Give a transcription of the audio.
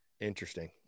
Interesting